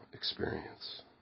experience